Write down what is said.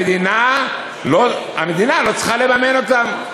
המדינה לא צריכה לממן אותם.